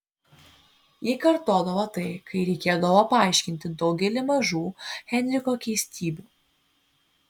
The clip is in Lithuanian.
ji kartodavo tai kai reikėdavo paaiškinti daugelį mažų henriko keistybių